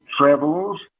travels